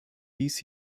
dies